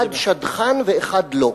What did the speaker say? אחד שדכן ואחד לא,